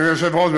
אדוני היושב-ראש,